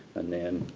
and then,